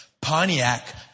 Pontiac